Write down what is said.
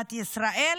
במדינת ישראל,